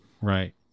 Right